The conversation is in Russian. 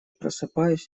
просыпаюсь